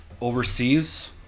overseas